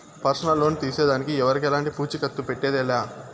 personal loan తీసేదానికి ఎవరికెలంటి పూచీకత్తు పెట్టేదె లా